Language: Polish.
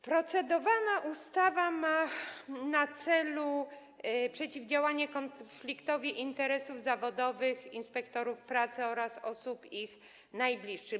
Procedowana ustawa ma na celu przeciwdziałanie konfliktowi interesów zawodowych inspektorów pracy oraz ich najbliższych.